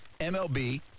MLB